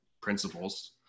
principles